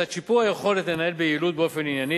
בצד שיפור היכולת לנהל ביעילות ובאופן ענייני